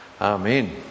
Amen